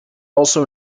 also